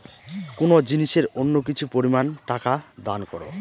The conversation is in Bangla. কোনো জিনিসের জন্য কিছু পরিমান টাকা দান করো